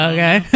Okay